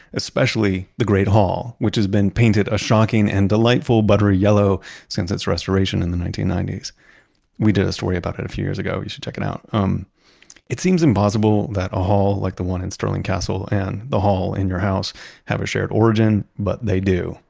especially the great hall, which has been painted a shocking and delightful buttery yellow since its restoration in the ninety ninety s. we did a story about it a few years ago, you should check it out. um it seems impossible that a hall like the one in stirling castle and the hall in your house have a shared origin but they do.